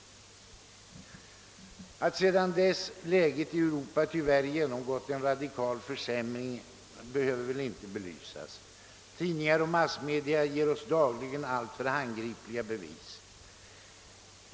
Det behöver väl inte belysas att läget i Europa sedan dess tyvärr genomgått en radikal försämring. Tidningar och andra massmedia ger oss dagligen synnerligen talande bevis.